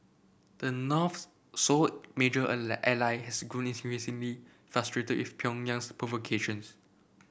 the North's sole major ally has grown increasingly frustrated with Pyongyang's provocations